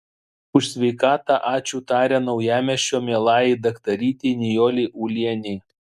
už sveikatą ačiū taria naujamiesčio mielajai daktarytei nijolei ulienei